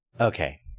Okay